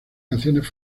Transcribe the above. canciones